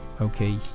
Okay